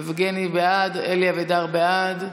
יבגני בעד, אלי אבידר, בעד,